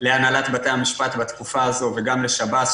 להנהלת בתי המשפט בתקופה הזאת וגם לשב"ס,